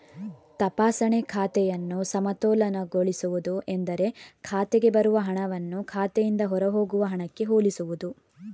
ತಪಾಸಣೆ ಖಾತೆಯನ್ನು ಸಮತೋಲನಗೊಳಿಸುವುದು ಎಂದರೆ ಖಾತೆಗೆ ಬರುವ ಹಣವನ್ನು ಖಾತೆಯಿಂದ ಹೊರಹೋಗುವ ಹಣಕ್ಕೆ ಹೋಲಿಸುವುದು